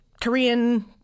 korean